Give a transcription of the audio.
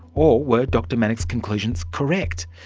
or were dr manock's conclusions correct?